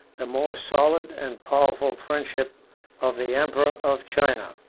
the more solid and powerful friendship of the emperor of china.